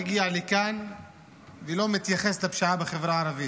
מגיע לכאן ולא מתייחס לפשיעה בחברה הערבית,